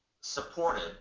supported